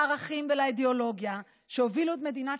לערכים ולאידיאולוגיה שהובילו את מדינת